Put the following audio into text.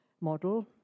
model